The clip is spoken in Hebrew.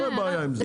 אין בעיה עם זה.